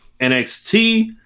NXT